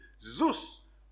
Zeus